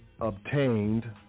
Obtained